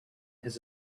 his